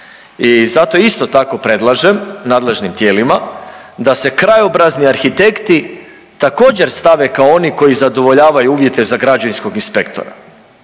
i zato isto tako predlažem nadležnim tijelima da se krajobrazni arhitekti također stave kao oni koji zadovoljavaju uvjete za građevinskog inspektora.